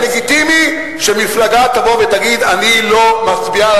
וזה לגיטימי שמפלגה תבוא ותגיד: אני לא מצביעה על